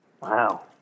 Wow